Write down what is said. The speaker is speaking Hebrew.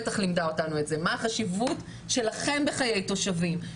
מאיסוף נתונים סטטיסטיים לקבלת החלטות ולגיבוש